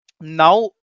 now